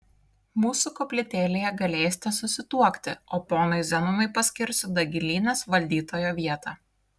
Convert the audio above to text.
mūsų koplytėlėje galėsite susituokti o ponui zenonui paskirsiu dagilynės valdytojo vietą